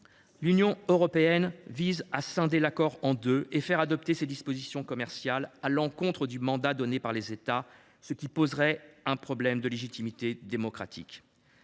l’Union européenne envisage de scinder l’accord en deux et de faire adopter ses dispositions commerciales à l’encontre du mandat donné par les États, ce qui poserait un problème de légitimité démocratique.